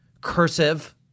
cursive